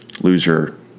loser